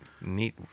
neat